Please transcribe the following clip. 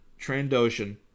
Trandoshan